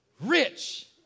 rich